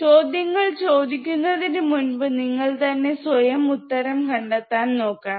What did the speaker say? ചോദ്യങ്ങൾ ചോദിക്കുന്നതിനു മുൻപ് നിങ്ങൾ തന്നെ സ്വയം ഉത്തരം കണ്ടെത്താൻ നോക്കണം